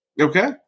Okay